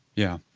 yeah.